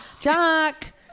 Jack